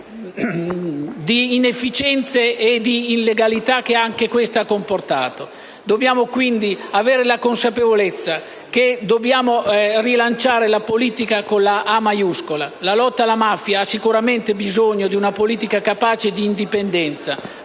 di inefficienze e di illegalità che la stessa ha causato. Dobbiamo, quindi, avere la consapevolezza di dover rilanciare la politica con la «P» maiuscola. La lotta alla mafia ha sicuramente bisogno di una politica capace di indipendenza,